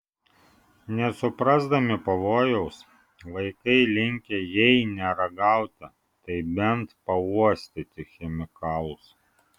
nesuprasdami pavojaus vaikai linkę jei ne ragauti tai bent pauostyti chemikalus